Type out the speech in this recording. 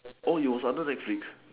oh it was under netflix